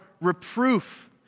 reproof